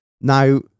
Now